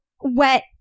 wet